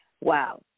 Wow